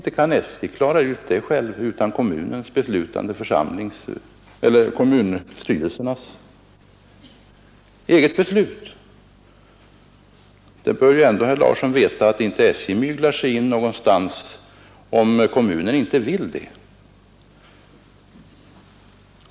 Herr Larsson i Borrby bör veta att SJ inte myglar sig in någonstans om kommunen inte vill det.